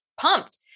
pumped